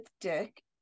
Dick